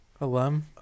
alum